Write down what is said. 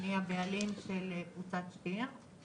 אני הבעלים של קבוצת שטיר,